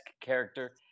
character